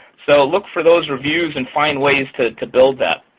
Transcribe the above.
so look for those reviews and find ways to to build that.